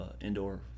indoor